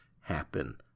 happen